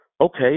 okay